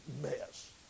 mess